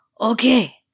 Okay